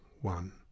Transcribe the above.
One